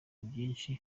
byinshi